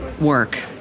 work